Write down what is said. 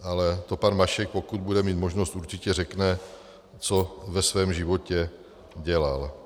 Ale to pan Mašek, pokud bude mít možnost, určitě řekne, co ve svém životě dělal.